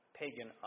pagan